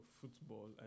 football